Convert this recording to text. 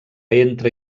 entra